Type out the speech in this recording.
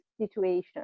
situation